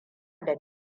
da